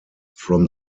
from